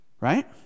Right